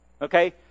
okay